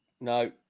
No